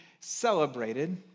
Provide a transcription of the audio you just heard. celebrated